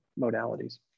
modalities